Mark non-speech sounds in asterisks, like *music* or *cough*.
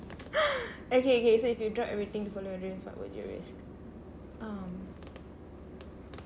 *breath* okay okay so if you drop everything to follow your dreams what would you risk um